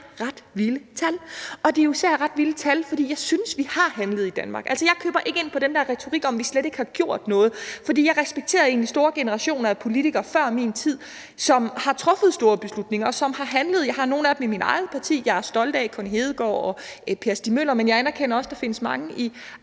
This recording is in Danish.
ret vilde tal. Det er jo især ret vilde tal, fordi jeg synes, at vi har handlet i Danmark. Altså, jeg køber ikke ind på den her retorik om, at vi slet ikke har gjort noget, for jeg respekterer egentlig store generationer af politikere før min tid, som har truffet store beslutninger, og som har handlet. Jeg har nogle af dem, som jeg er stolt af, i mit eget parti, f.eks. Connie Hedegaard og Per Stig Møller, men jeg anerkender også, at der findes mange i